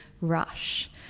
rush